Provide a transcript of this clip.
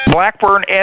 Blackburn